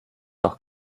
doch